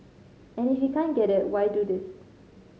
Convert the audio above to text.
and if he can't get it why do this